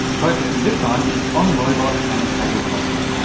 focusing this time on robots and agriculture.